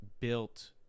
built